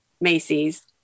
Macy's